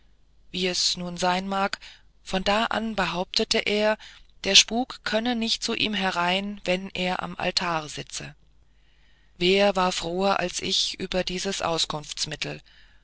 wie es nun sein mag von da an behauptet er der spuk könne nicht zu ihm herein wenn er am altar sitze wer war froher als ich über dieses